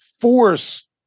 force